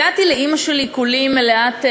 הגעתי לאימא שלי כולי מלאת מרד,